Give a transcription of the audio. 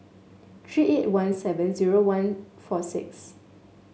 three eight one seven zero one four six